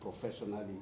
professionally